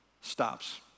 stops